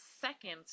second